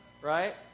right